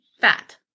fat